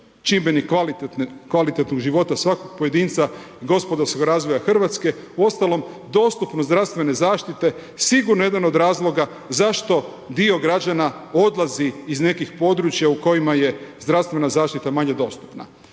čimbenik kvalitetnog života svakog pojedinca i gospodarskog razvoja Hrvatske, uostalom dostupnost zdravstvene zaštite je sigurno jedan od razloga zašto dio građana odlazi iz nekih područja u kojima je zdravstvena zaštita manje dostupna.